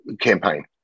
campaign